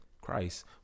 Christ